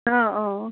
অঁ অঁ